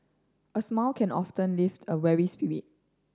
a smile can often lift a weary spirit